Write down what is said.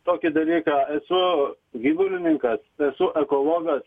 tokį dalyką esu gyvūlininkas esu ekologas